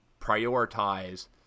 prioritize